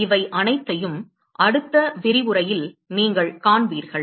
இவை அனைத்தையும் அடுத்த விரிவுரையில் நீங்கள் காண்பீர்கள்